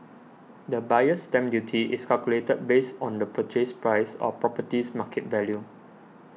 the Buyer's Stamp Duty is calculated based on the Purchase Price or property's market value